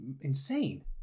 insane